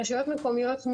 רשויות המקומיות,